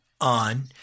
on